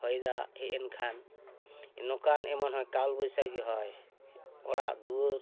ᱦᱚᱭ ᱫᱟᱜ ᱦᱮᱡ ᱮᱱ ᱠᱷᱟᱱ ᱱᱚᱝᱠᱟᱱ ᱮᱢᱚᱱ ᱦᱚᱭ ᱠᱟᱞ ᱵᱚᱭᱥᱟᱹᱠᱷᱤ ᱦᱚᱭ ᱚᱲᱟᱜ ᱫᱩᱣᱟᱹᱨ